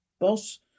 boss